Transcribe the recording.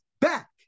back